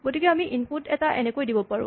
গতিকে আমি ইনপুট এটা এনেকে দিব পাৰোঁ